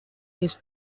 his